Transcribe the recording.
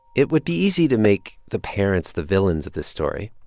it would be easy to make the parents the villains of this story,